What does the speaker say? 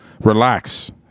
Relax